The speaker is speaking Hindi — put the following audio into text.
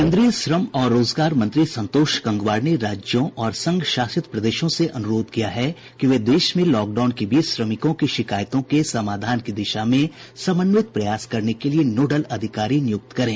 केंद्रीय श्रम और रोजगार मंत्री संतोष गंगवार ने राज्यों और संघ शासित प्रदेशों से अनुरोध किया है कि वे देश में लॉकडाउन के बीच श्रमिकों की शिकायतों के समाधान की दिशा में समन्वित प्रयास करने के लिए नोडल अधिकारी नियुक्त करें